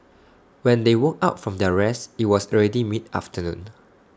when they woke up from their rest IT was already mid afternoon